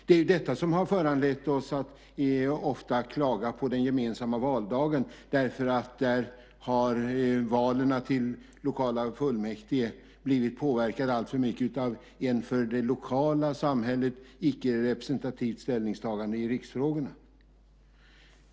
Det är detta som har föranlett oss att ofta klaga på den gemensamma valdagen, därför att valen till lokala fullmäktige har alltför mycket blivit påverkade av ett för det lokala samhället icke-representativt ställningstagande i riksfrågorna.